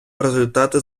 результати